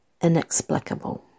inexplicable